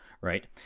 right